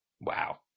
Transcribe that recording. Wow